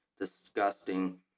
disgusting